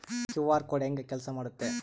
QR code ಹೆಂಗ ಕೆಲಸ ಮಾಡುತ್ತೆ?